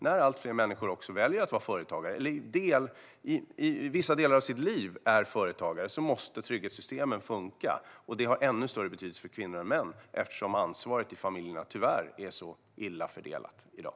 När allt fler människor väljer att vara företagare, eller i vissa delar av sitt liv är företagare, måste trygghetssystemen funka. Det har ännu större betydelse för kvinnor än för män eftersom ansvaret i familjerna tyvärr är så illa fördelat i dag.